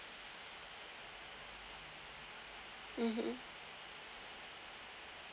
mmhmm